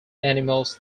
animals